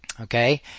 Okay